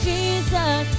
Jesus